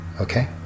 Okay